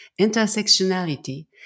intersectionality